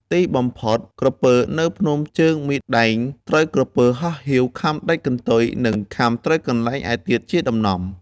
ទីបំផុត ក្រពើនៅភ្នំជើងមីដែង ត្រូវក្រពើទន្លេហោះហៀវខាំដាច់កន្ទុយ និង ខាំត្រូវកន្លែងឯទៀតជាដំណំ ។